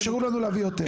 אז תאפשרו לנו להביא יותר.